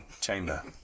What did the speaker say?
chamber